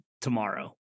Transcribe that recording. tomorrow